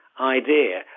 idea